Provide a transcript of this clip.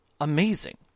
amazing